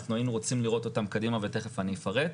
אנחנו היינו רוצים לראות אותם קדימה ותיכף אני אפרט.